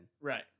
right